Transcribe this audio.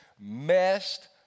messed